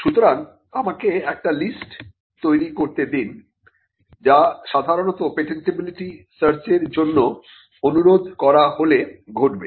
সুতরাং আমাকে একটা লিস্ট তৈরি করতে দিন যা সাধারণত পেটেন্টিবিলিটি সার্চের জন্য অনুরোধ করা হলে ঘটবে